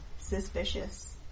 suspicious